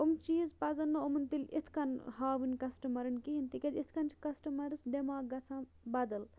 یِم چیٖز پَزَن نہٕ یِمَن تیٚلہِ یِتھ کَن ہاوٕنۍ کَسٹٕمَرَن کِہیٖنۍ تِکیٛازِ یِتھ کَن چھِ کَسٹٕمَرَس دٮ۪ماغ گژھان بدل